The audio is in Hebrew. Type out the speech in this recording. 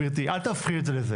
גבירתי, אל תהפכי את זה לזה.